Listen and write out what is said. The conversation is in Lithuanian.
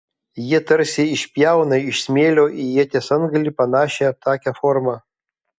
jie tarsi išpjauna iš smėlio į ieties antgalį panašią aptakią formą